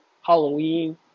Halloween